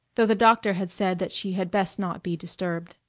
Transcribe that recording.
though the doctor had said that she had best not be disturbed.